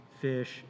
fish